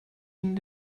ihnen